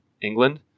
England